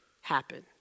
happen